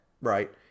right